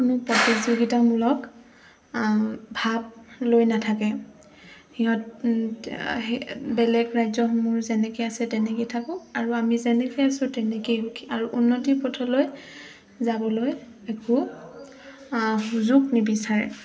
কোনো প্ৰতিযোগিতামূলক ভাৱ লৈ নাথাকে সিহঁত বেলেগ ৰাজ্যসমূহ যেনেকৈ আছে তেনেকেই থাকোঁ আৰু আমি যেনেকৈৈ আছোঁ তেনেকেই সুখী আৰু উন্নতিৰ পথলৈ যাবলৈ একো সুযোগ নিবিচাৰে